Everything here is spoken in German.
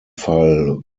fall